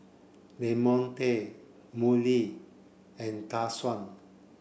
Lamonte Mollie and Dashawn